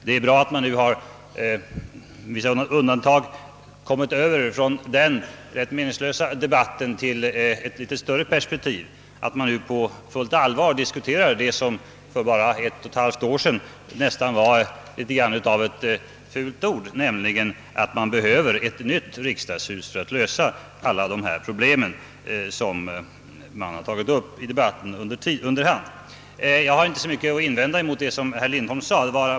Det är bra att man nu med vissa undantag har kommit över från sådana rätt meningslösa debatter till ett litet större perspektiv och på fullt allvar diskuterar det som för bara ett och ett halvt år sedan nästan var något av ett fult ord, nämligen att det behövs ett nytt riksdagshus för att lösa alla de problem som under hand aktualiserats. Jag har inte så mycket att invända mot vad herr Lindholm här sade.